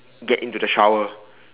get into the shower